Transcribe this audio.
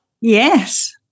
Yes